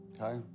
okay